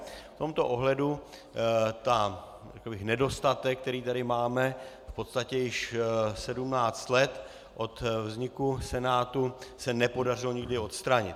V tomto ohledu nedostatek, který tady máme v podstatě již sedmnáct let od vzniku Senátu, se nepodařilo nikdy odstranit.